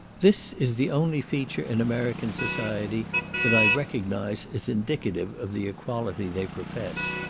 this is the only feature in american society that i recognise as indicative of the equality they profess.